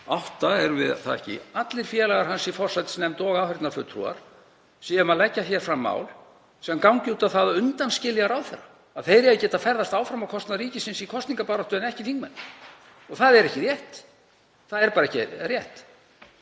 átta erum við, allir félagar hans í forsætisnefnd og áheyrnarfulltrúar, séum að leggja hér fram mál sem gangi út á það að undanskilja ráðherra, að þeir eigi að geta ferðast áfram á kostnað ríkisins í kosningabaráttu en ekki þingmenn. Það er ekki rétt. Það er bara ekki rétt.